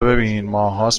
ببین، ماههاست